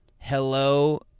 Hello